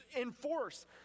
enforce